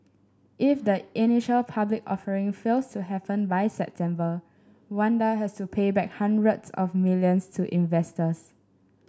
if the initial public offering fails to happen by September Wanda has to pay back hundreds of millions to investors